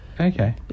Okay